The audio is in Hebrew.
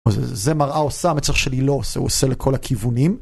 זה מראה עושה, המצח שלי לא עושה, הוא עושה לכל הכיוונים.